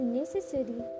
necessary